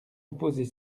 opposer